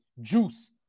Juice